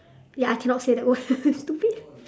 ya I cannot say that word stupid